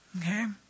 Okay